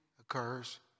occurs